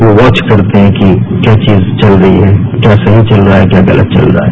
वो वाच भी करते हैं कि क्या चीज चल रही है क्या सही चल रहा है क्या गलत चल रहा है